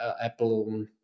apple